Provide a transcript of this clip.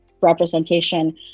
representation